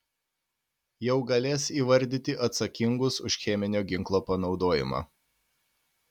jau galės įvardyti atsakingus už cheminio ginklo panaudojimą